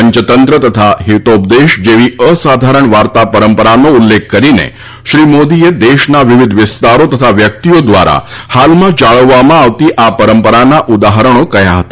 પંયતંત્ર અને હિતોપદેશ જેવી અસાધારણ વાર્તા પરંપરાનો ઉલ્લેખ કરીને શ્રી મોદીએ દેશના વિવિધ વિસ્તારો તથા વ્યક્તિઓ દ્વારા હાલમાં જાળવવામાં આવતી આ પરંપરાના ઉદાહરણી કહ્યા હતા